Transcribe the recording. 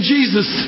Jesus